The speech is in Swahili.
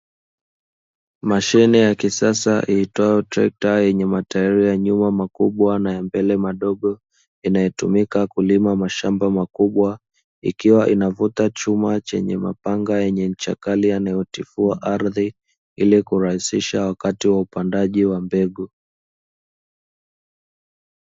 Mashine ya kisasa itwayo trekta yenye mataili ya nyuma makubwa na ya mbele madogo, inayotumika kulima mashamba makubwa ikiwa inavuta chuma chenye mapanga yenye ncha kali yanayo tifua ardhi ili kurahisisha wakati wa upandaji wa mbegu.